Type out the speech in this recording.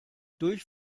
durch